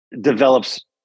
develops